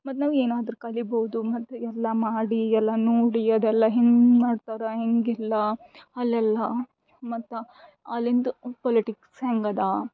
ಮತ್ತು ನಾವು ಏನಾದರೂ ಕಲೀಬೋದು ಮತ್ತು ಎಲ್ಲ ಮಾಡಿ ಎಲ್ಲ ನೋಡಿ ಅದೆಲ್ಲ ಹೇಗ್ ಮಾಡ್ತಾರೆ ಹೇಗಿಲ್ಲ ಅಲ್ಲೆಲ್ಲ ಮತ್ತು ಅಲ್ಲಿಂದ ಪೊಲಿಟಿಕ್ಸ್ ಹೇಗದ